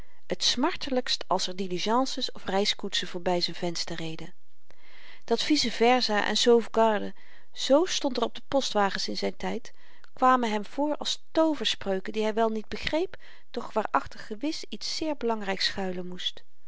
t smartelykst als er diligences of reiskoetsen voorby z'n venster reden dat vice versa en sauvegarde z stond er op de postwagens in zyn tyd kwamen hem voor als tooverspreuken die hy wel niet begreep doch waarachter gewis iets zeer belangryks schuilen moest